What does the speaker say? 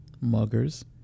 muggers